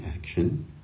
action